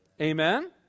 Amen